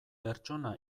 pertsona